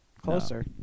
Closer